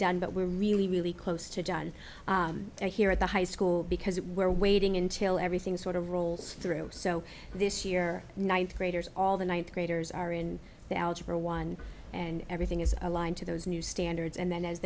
done but we're really really close to john here at the high school because we're waiting until everything sort of rolls through so this year ninth graders all the ninth graders are in algebra one and everything is aligned to those new standards and then as